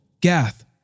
Gath